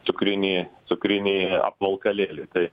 cukrinį cukrinį apvalkalėlį tai